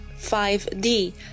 5D